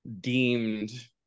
deemed